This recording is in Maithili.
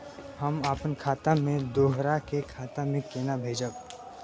हम आपन खाता से दोहरा के खाता में केना भेजब?